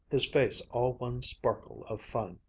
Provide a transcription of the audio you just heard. his face all one sparkle of fun.